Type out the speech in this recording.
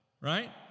Right